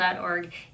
org